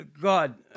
God